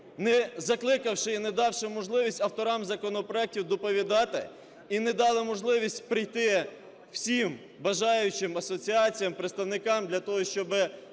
не закликавши і не давши можливість авторам законопроектів доповідати, і не дали можливість прийти всім бажаючим асоціаціям і представникам для того, щоби